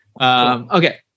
Okay